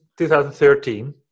2013